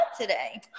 today